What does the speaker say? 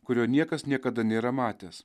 kurio niekas niekada nėra matęs